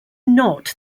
not